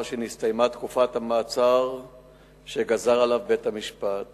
שנסתיימה תקופת המאסר שגזר עליו בית-המשפט